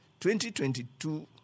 2022